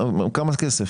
מה התקציב?